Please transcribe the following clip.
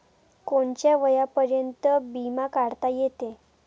कोनच्या वयापर्यंत बिमा काढता येते?